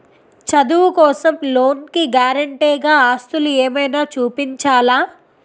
చదువు కోసం లోన్ కి గారంటే గా ఆస్తులు ఏమైనా చూపించాలా?